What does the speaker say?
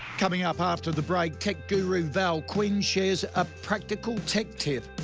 coming up after the break, tech guru val quinn shares a practical tech tip,